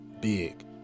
Big